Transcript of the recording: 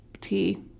Tea